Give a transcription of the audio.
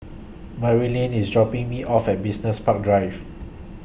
Merrily IS dropping Me off At Business Park Drive